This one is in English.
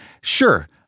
Sure